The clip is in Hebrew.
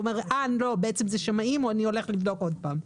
אמרו לי שבעצם אלה שמאים והם יבדקו עוד פעם.